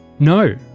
No